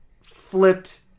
flipped